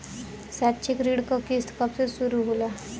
शैक्षिक ऋण क किस्त कब से शुरू होला?